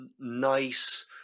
nice